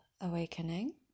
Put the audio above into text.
awakening